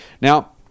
Now